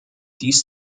dies